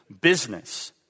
business